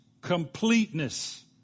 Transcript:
completeness